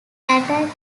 acted